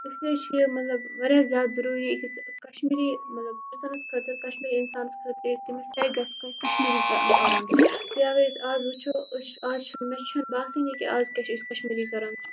اسلیے چھُ یہِ مطلب واریاہ زیادٕ ضروٗری أکِس کشمیری مطلب انسانس خٲطرٕ کشمیٖری اِنسانَس خٲطرٕ کہِ تٔمِس گَژھِ تَگُن کَشمیری کَرُن بیٚیہِ اَگر أسۍ آز وٕچھو أسۍ چھِ آز چھِ مےٚ چھنہٕ باسٲنی کہِ آز کیاہ چھِ أسۍ کشمیری کَران